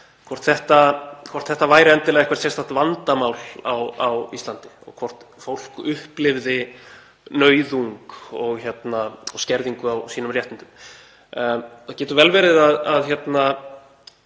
stéttarfélaga, væri endilega eitthvert sérstakt vandamál á Íslandi og hvort fólk upplifði nauðung og skerðingu á sínum réttindum. Það getur vel verið að